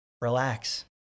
relax